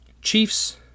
Chiefs